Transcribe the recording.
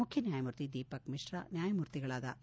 ಮುಖ್ಯ ನ್ಯಾಯಮೂರ್ತಿ ದೀಪಕ್ ಮಿಶ್ರು ನ್ಯಾಯಮೂರ್ತಿಗಳಾದ ಎ